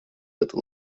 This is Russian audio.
это